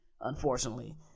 unfortunately